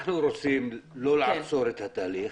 אנחנו רוצים לא לעצור את התהליך,